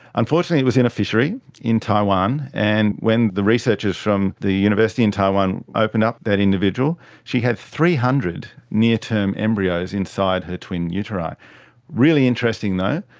unfortunately it was in a fishery in taiwan. and when the researchers from the university in taiwan opened up that individual she had three hundred near-term embryos inside her twin uteri. it's really interesting though,